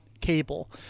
cable